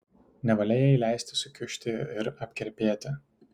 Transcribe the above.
nevalia jai leisti sukiužti ir apkerpėti